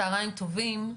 טובים,